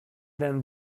than